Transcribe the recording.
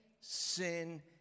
sin